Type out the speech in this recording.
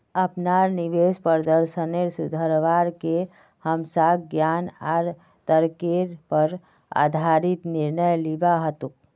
अपनार निवेश प्रदर्शनेर सुधरवार के हमसाक ज्ञान आर तर्केर पर आधारित निर्णय लिबा हतोक